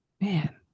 Man